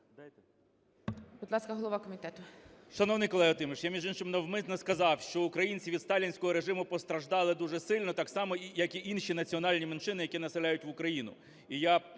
Шановний колего Тіміш, я, між іншим, навмисно сказав, що українців від сталінського режиму постраждали дуже сильно, так само, як і інші національні меншини, які населяють Україну.